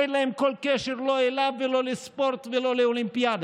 אין להם כל קשר לא אליו ולא לספורט ולא לאולימפיאדה.